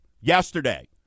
yesterday